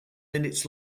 minutes